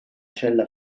cella